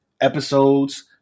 episodes